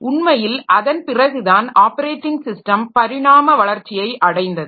உண்மையில் அதன் பிறகுதான் ஆப்பரேட்டிங் ஸிஸ்டம் பரிணாம வளர்ச்சியை அடைந்தது